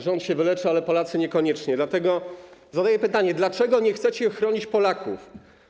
Rząd się wyleczy, ale Polacy niekoniecznie, dlatego zadaję pytanie: Dlaczego nie chcecie chronić Polaków?